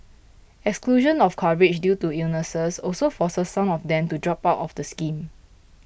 exclusion of coverage due to illnesses also forces some of them to drop out of the scheme